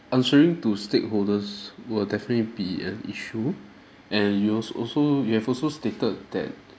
answering to stakeholders will definitely be an issue and yours also you have also stated that